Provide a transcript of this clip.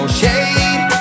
shade